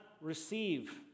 receive